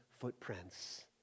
footprints